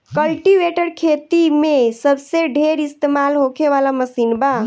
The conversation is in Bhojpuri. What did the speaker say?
कल्टीवेटर खेती मे सबसे ढेर इस्तमाल होखे वाला मशीन बा